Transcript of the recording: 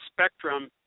spectrum